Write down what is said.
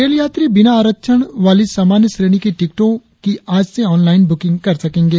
rail यात्री बिना आरक्षण वाली सामान्य श्रेणी की टिकटों की आज से ऑन लाईन ब्रुकिंग कर सकेंगे